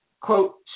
quote